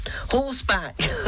horseback